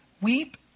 weep